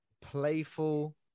playful